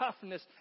toughness